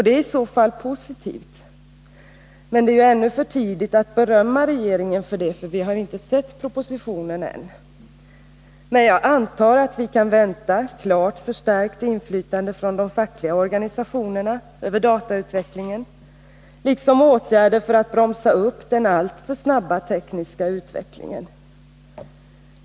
Det är i så fall positivt, men det är för tidigt att berömma regeringen för det — vi har ju inte sett propositionen än. Men jag antar att vi kan vänta klart förstärkt inflytande från de fackliga organisationerna över datautvecklingen liksom åtgärder för att bromsa upp den alltför snabba tekniska utvecklingen.